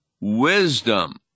wisdom